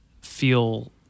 feel